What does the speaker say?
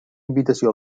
invitació